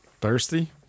Thirsty